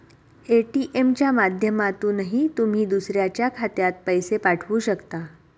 ATM च्या माध्यमातूनही तुम्ही दुसऱ्याच्या खात्यात पैसे पाठवू शकता